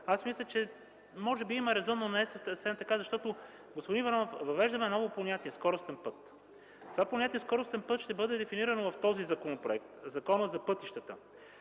Аз мисля, че може би има резон, но не е съвсем така, защото, господин Иванов, въвеждаме ново понятие „скоростен път”. Това понятие „скоростен път” ще бъде дефинирано в този законопроект – Закона за пътищата,